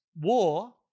war